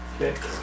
okay